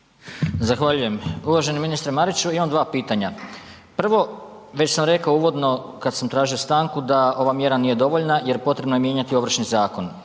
Zahvaljujem. Uvaženi ministre Mariću, imam dva pitanja. Prvo već sam rekao uvodno kad sam tražio stanku da ova mjera nije dovoljna jer potrebno je mijenjati Ovršni zakon.